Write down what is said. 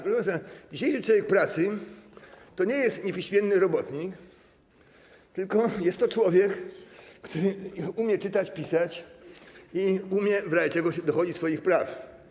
Proszę państwa, dzisiejszy człowiek pracy to nie jest niepiśmienny robotnik, tylko jest to człowiek, który umie czytać, pisać i umie w razie czego dochodzić swoich praw.